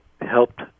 helped